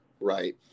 right